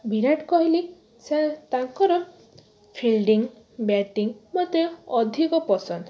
ବିରାଟ କୋହଲି ସେ ତାଙ୍କର fielding batting ମୋତେ ଅଧିକ ପସନ୍ଦ